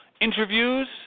interviews